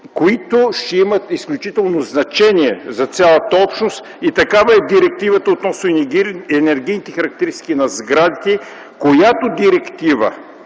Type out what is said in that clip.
които ще имат изключително значение за цялата общност. Такава е Директивата относно енергийните характеристики на сградите, която,